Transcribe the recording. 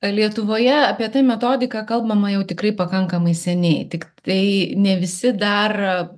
lietuvoje apie tą metodiką kalbama jau tikrai pakankamai seniai tiktai ne visi dar